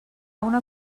una